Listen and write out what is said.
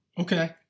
Okay